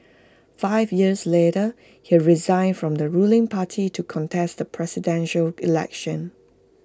five years later he resigned from the ruling party to contest the Presidential Election